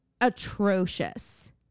atrocious